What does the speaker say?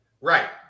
Right